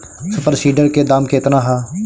Super seeder के दाम केतना ह?